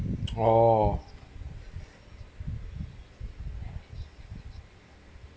orh